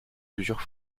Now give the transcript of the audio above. plusieurs